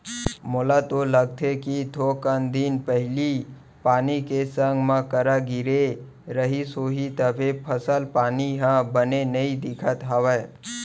मोला तो लागथे कि थोकन दिन पहिली पानी के संग मा करा गिरे रहिस होही तभे फसल पानी ह बने नइ दिखत हवय